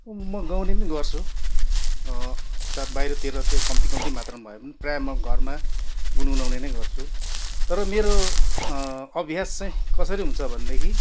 अँ म गाउने पनि गर्छु यता बाहिरतिर चाहिँ कम्ती कम्ती मात्रामा भए पनि प्रायः म घरमा गुन्गुनाउने नै गर्छु तर मेरो अभ्यास चाहिँ कसरी हुन्छ भनेदेखि